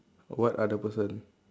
what other person